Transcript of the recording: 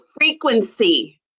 frequency